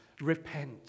Repent